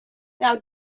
now